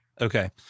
Okay